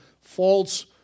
false